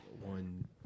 one